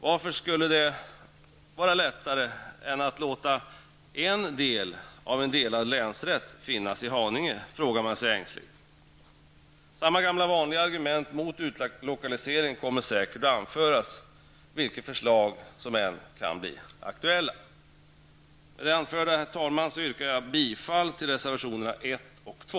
Varför skulle det vara lättare än att låta en del av en delad länsrätt finnas i Haninge, frågar man sig ängsligt. Samma gamla vanliga argument mot utlokalisering kommer säkert att anföras, vilka förslag som än kan bli aktuella. Med det anförda, herr talman, yrkar jag bifall till reservationerna 1 och 2.